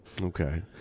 Okay